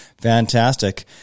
Fantastic